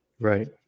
right